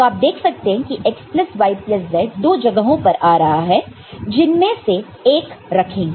तो आप देख सकते हैं कि x plus y plus z दो जगहों पर आ रहा है जिनमें से हम एक रखेंगे